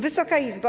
Wysoka Izbo!